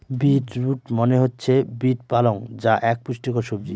bit root মনে হচ্ছে beet পালং যা এক পুষ্টিকর সবজি